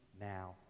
now